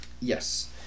Yes